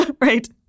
Right